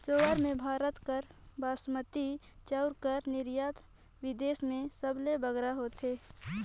चाँउर में भारत कर बासमती चाउर कर निरयात बिदेस में सबले बगरा होथे